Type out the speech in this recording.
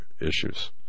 issues